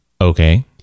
Okay